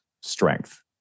strength